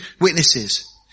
witnesses